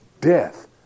Death